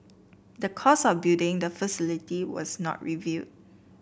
the cost of building the facility was not reveal